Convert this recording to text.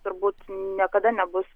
turbūt niekada nebus